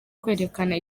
kwerekana